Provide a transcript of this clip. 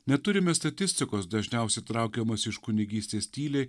neturime statistikos dažniausia traukiamasi iš kunigystės tyliai